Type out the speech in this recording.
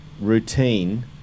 routine